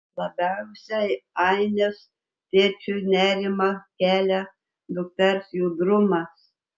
labiausiai ainės tėčiui nerimą kelia dukters judrumas